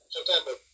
September